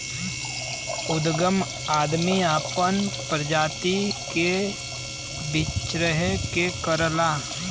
उदगम आदमी आपन प्रजाति के बीच्रहे के करला